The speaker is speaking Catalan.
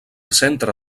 centre